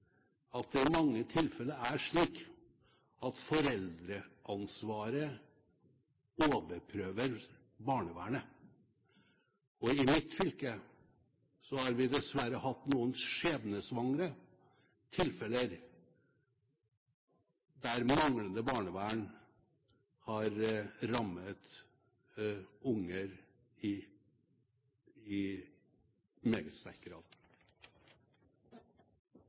det i mange tilfeller er slik at foreldreansvaret overprøver barnevernet. I mitt fylke har vi dessverre hatt noen skjebnesvangre tilfeller der manglende barnevern har rammet unger i meget sterk grad.